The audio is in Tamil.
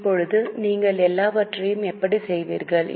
இப்போது நீங்கள் எல்லாவற்றையும் எப்படி செய்வீர்கள்